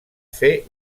fer